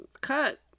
Cut